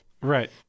Right